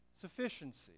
Sufficiency